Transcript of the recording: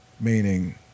Meaning